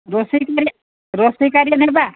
ରୋଷେଇ ନେବା